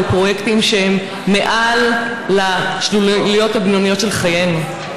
בפרויקטים שמעל השלוליות הבינוניות של חיינו.